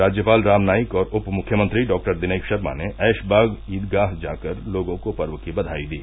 राज्यपाल राम नाईक और उप मुख्यमंत्री डॉक्टर दिनेश शर्मा ने ऐशबाग ईदगाह जाकर लोगों को पर्व की बघाई दी